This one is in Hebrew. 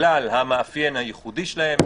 בגלל המאפיין הייחודי שלהם,